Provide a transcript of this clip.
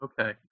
Okay